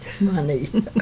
money